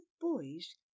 boys